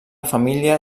família